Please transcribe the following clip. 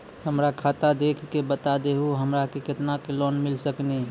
हमरा खाता देख के बता देहु हमरा के केतना के लोन मिल सकनी?